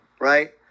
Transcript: right